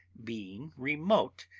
being remote,